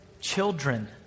children